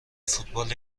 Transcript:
فوتبال